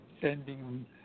sending